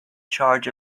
charge